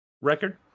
record